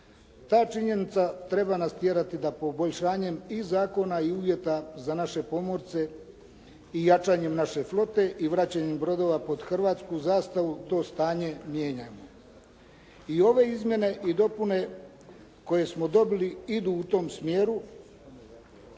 ta činjenica treba nas tjerati da poboljšanjem i zakona i uvjeta za naše pomorce i jačanjem naše flote i vraćanjem brodova pod hrvatsku zastavu to stanje mijenja. I ove izmjene i dopune koje smo dobili idu u tom smjeru